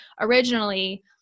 originally